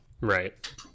Right